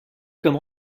comme